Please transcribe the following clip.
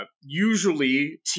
usually